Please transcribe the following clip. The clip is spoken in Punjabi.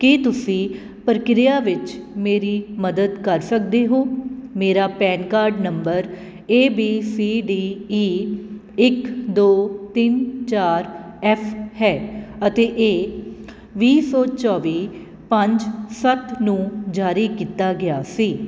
ਕੀ ਤੁਸੀਂ ਪ੍ਰਕਿਰਿਆ ਵਿੱਚ ਮੇਰੀ ਮਦਦ ਕਰ ਸਕਦੇ ਹੋ ਮੇਰਾ PAN card number A B C D E ਇੱਕ ਦੋ ਤਿੰਨ ਚਾਰ ਐਫ ਹੈ ਅਤੇ ਇਹ ਵੀਹ ਸੌ ਚੌਵੀ ਪੰਜ ਸੱਤ ਨੂੰ ਜਾਰੀ ਕੀਤਾ ਗਿਆ ਸੀ